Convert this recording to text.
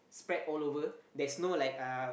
spread all over there's no like uh